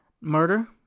murder